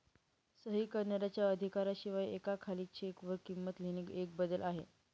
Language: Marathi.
सही करणाऱ्याच्या अधिकारा शिवाय एका खाली चेक वर किंमत लिहिणे एक बदल आहे